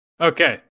Okay